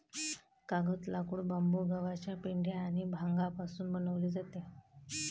कागद, लाकूड, बांबू, गव्हाचा पेंढा आणि भांगापासून बनवले जातो